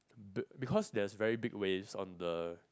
b~ because there is very big waves on the